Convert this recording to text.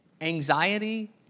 Anxiety